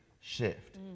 shift